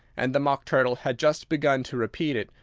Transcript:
and the mock turtle had just begun to repeat it,